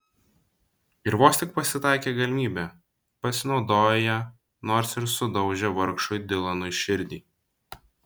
ir vos tik pasitaikė galimybė pasinaudojo ja nors ir sudaužė vargšui dilanui širdį